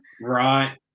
right